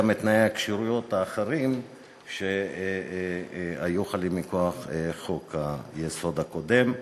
גם את תנאי הכשירויות האחרים שהיו חלים מכוח חוק-היסוד הקודם.